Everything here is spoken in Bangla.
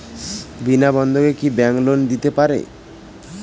বিনা বন্ধকে কি ব্যাঙ্ক লোন দিতে পারে?